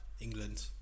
England